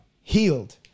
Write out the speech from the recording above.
healed